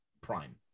Prime